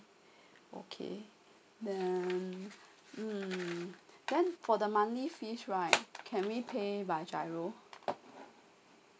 okay then mm then for the monthly fees right can we pay by giro